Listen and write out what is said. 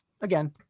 again